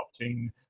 watching